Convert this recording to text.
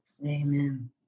Amen